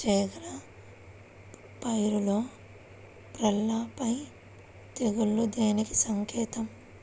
చేగల పైరులో పల్లాపై తెగులు దేనికి సంకేతం?